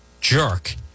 jerk